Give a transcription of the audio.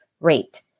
rate